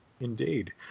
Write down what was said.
indeed